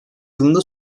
yılında